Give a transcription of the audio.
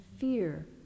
fear